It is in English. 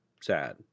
sad